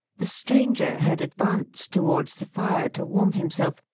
the stranger had advanced towards the fire, to warm himself,